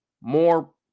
more